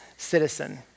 citizen